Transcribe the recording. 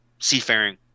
seafaring